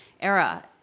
era